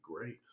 great